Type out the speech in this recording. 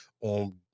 on